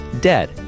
dead